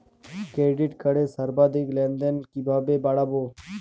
Credit কার্ডের সর্বাধিক লেনদেন কিভাবে বাড়াবো?